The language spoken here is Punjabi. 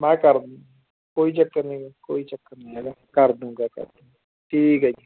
ਮੈਂ ਕਰ ਕੋਈ ਚੱਕਰ ਨਹੀਂ ਕੋਈ ਚੱਕਰ ਨਹੀਂ ਹੈਗਾ ਕਰ ਦੂਂਗਾ ਠੀਕ ਹੈ ਜੀ